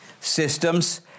Systems